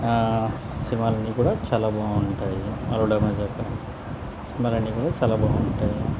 సినిమాలన్నీ కూడా చాలా బాగుంటాయి అల్లుడా మజాకా సినిమాలన్నీ కూడా చాలా బాగుంటాయి